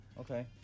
Okay